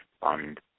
fund